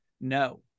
no